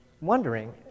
wondering